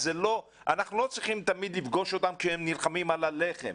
אנחנו לא צריכים לפגוש אותם רק כשהם נלחמים על הלחם,